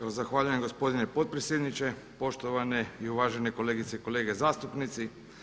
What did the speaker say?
Evo zahvaljujem gospodine potpredsjedniče, poštovane i uvažene kolegice i kolege zastupnici.